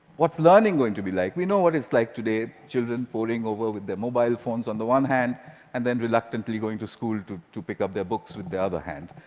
what's learning going to be like? we know what it's like today, children pouring over with their mobile phones on the one hand and then reluctantly going to school to to pick up their books with their other hand.